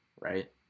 right